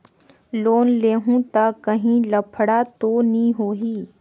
Loan लेहूं ता काहीं लफड़ा तो नी होहि?